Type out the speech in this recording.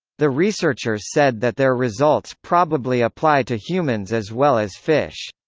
the researchers said that their results probably apply to humans as well as fish.